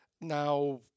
now